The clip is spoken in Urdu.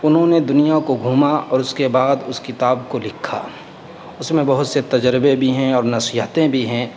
انہوں نے دنیا کو گھوما اور اس کے بعد اس کتاب کو لکھا اس میں بہت سے تجربے بھی ہیں اور نصیحتیں بھی ہیں